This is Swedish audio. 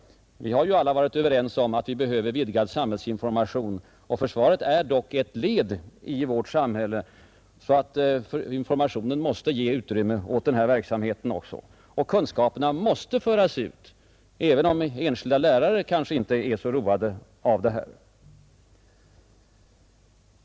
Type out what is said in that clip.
Vi har alla varit överens om att det behövs vidgad samhällsinformation. Försvaret är ett led i vårt samhälle. Informationen måste därför ge utrymme även häråt. Kunskaperna måste föras ut, även om enskilda lärare kanske inte är så roade av det.